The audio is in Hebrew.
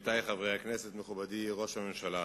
עמיתי חברי הכנסת, מכובדי ראש הממשלה,